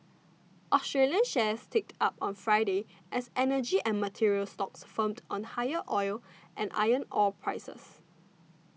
Australian shares ticked up on Friday as energy and materials stocks firmed on higher oil and iron ore prices